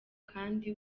kandi